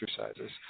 exercises